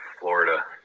Florida